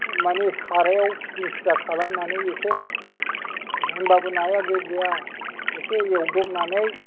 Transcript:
मानि साराइयाव फिदिं फिदा खालामनानै एसे होनबाबो नाया गेब्लेया एसे एवदबनानै